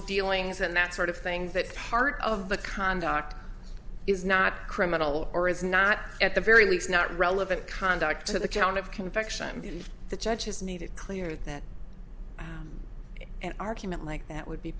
dealings and that sort of things that part of the conduct is not criminal or is not at the very least not relevant conduct to the count of conviction the judge has needed clear that an argument like that would be